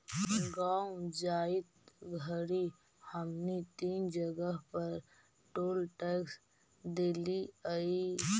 गाँव जाइत घड़ी हमनी तीन जगह पर टोल टैक्स देलिअई